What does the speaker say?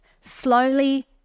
slowly